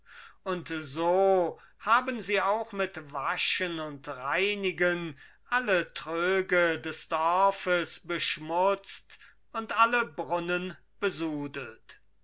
und so haben sie auch mit waschen und reinigen alle tröge des dorfes beschmutzt und alle brunnen